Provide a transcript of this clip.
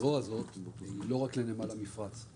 הזרוע הזאת היא לא רק לנמל המפרץ,